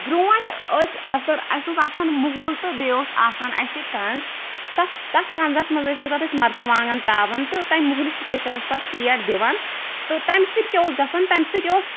برٛونٛٹھ ٲسۍ آسان اسہِ اوس آسان مُہُل تہٕ بیٚیہِ اوس آسَن اسہِ کَنٛز تتھ تتھ کَنٛزَس مَنٛز ٲسۍ أسۍ پتہٕ أسۍ مَرژٕوانٛگن ترٛاوان تہٕ تَمہِ مُہلہِ سۭتۍ ٲسۍ پَتہٕ ژیٹھ دِوان تہٕ تَمہِ سۭتۍ کیٛاہ اوس گَژھان تَمہِ سۭتۍ اوس